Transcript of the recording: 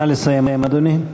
נא לסיים, אדוני.